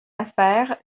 affaires